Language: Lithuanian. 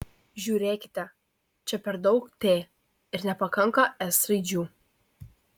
žiūrėkite čia per daug t ir nepakanka s raidžių